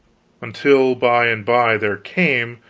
until by and by there came,